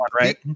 right